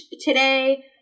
today